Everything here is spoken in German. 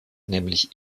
nämlich